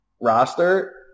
roster